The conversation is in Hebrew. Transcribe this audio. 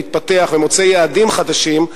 מתפתח ומוצא יעדים חדשים,